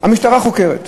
המשטרה חוקרת,